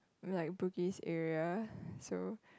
like Bugis area so